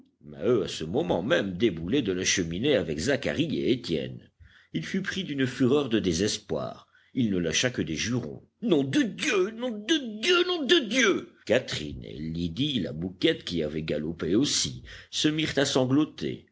maheu à ce moment même déboulait de la cheminée avec zacharie et étienne il fut pris d'une fureur de désespoir il ne lâcha que des jurons nom de dieu nom de dieu nom de dieu catherine lydie la mouquette qui avaient galopé aussi se mirent à sangloter